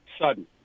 Sudden